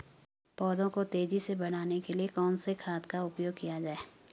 पौधों को तेजी से बढ़ाने के लिए कौन से खाद का उपयोग किया जाए?